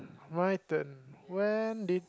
my turn when did